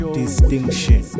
distinction